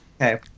Okay